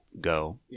go